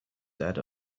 that